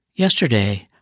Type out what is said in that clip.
Yesterday